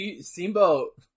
Steamboat